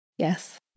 Yes